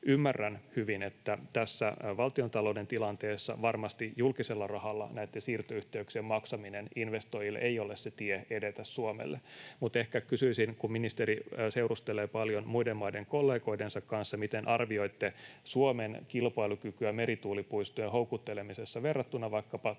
Ymmärrän hyvin, että tässä valtiontalouden tilanteessa näitten siirtoyhteyksien maksaminen investoijille julkisella rahalla ei ole varmasti se tie edetä Suomelle, mutta ehkä kysyisin: kun ministeri seurustelee paljon muiden maiden kollegoidensa kanssa, miten arvioitte Suomen kilpailukykyä merituulipuistojen houkuttelemisessa verrattuna vaikkapa Tanskan